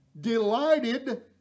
delighted